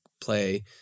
play